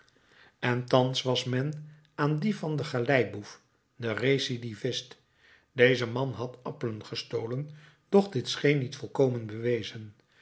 en thans was men aan die van den galeiboef den recidivist deze man had appelen gestolen doch dit scheen niet volkomen bewezen